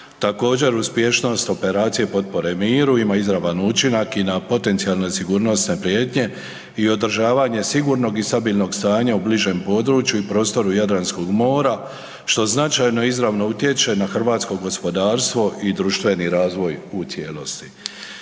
također uspješnost operacije potpore miru ima izravan učinak i na potencijalne sigurnosne prijetnje i održavanje sigurnog i stabilnog stanja u bližem području i prostoru Jadranskog mora što značajno izravno utječe na hrvatsko gospodarstvo i društveni razvoj u cijelosti.